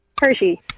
Hershey